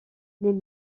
les